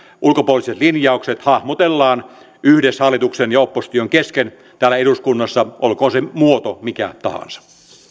ulkopoliittiset linjaukset hahmotellaan yhdessä hallituksen ja opposition kesken täällä eduskunnassa olkoon se muoto mikä tahansa